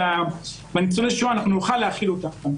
וניצולי השואה נוכל להאכיל אותם,